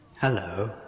Hello